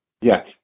Yes